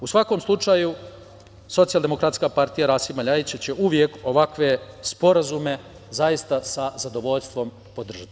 U svakom slučaju, Socijaldemokratska partija Rasima Ljajića će uvek ovakve sporazume zaista sa zadovoljstvom podržati.